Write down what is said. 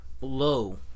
low